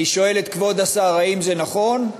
אני שואל את כבוד השר, האם זה נכון?